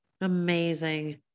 Amazing